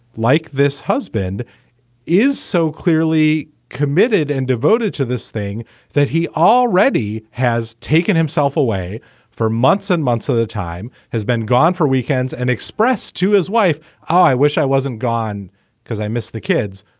like this husband is so clearly committed and devoted to this thing that he already has taken himself away for months and months of the time, has been gone for weekends and expressed to his wife. i wish i wasn't gone because i miss the kids,